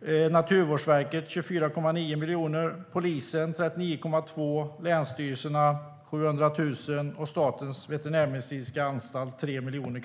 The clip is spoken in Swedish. miljoner, Naturvårdsverket 24,9 miljoner, polisen 39,2 miljoner, länsstyrelserna 700 000 kronor och Statens veterinärmedicinska anstalt 3 miljoner.